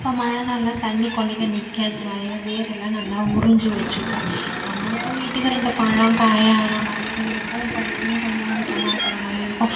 இப்போ மழை நாள்லாம் தண்ணி கொல்லையில் நிற்காது வேரெல்லாம் நல்லா உறிஞ்சு வச்சுக்கும் நம்மளுக்கும் வீட்டுக்கு ரெண்டு பழம் காய் ஆன மாதிரியும் இருக்கும் கொல்லையும் கொஞ்சம் சுத்தமாக இருக்கிற மாதிரியும் இருக்கும்